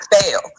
fail